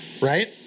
Right